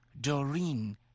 Doreen